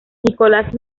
nicolás